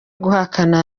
guhakana